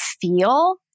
feel